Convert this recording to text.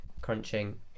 crunching